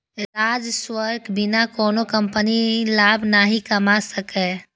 राजस्वक बिना कोनो कंपनी लाभ नहि कमा सकैए